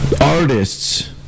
artists